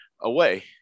away